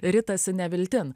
ritasi neviltin